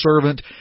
servant